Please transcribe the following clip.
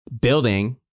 building